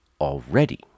already